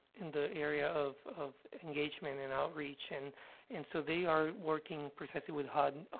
in the area of of engagement and outreach. and and so, they are working precisely with hud, ah,